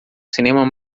cinema